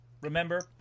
remember